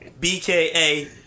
BKA